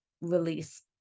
release